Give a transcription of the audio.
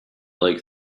like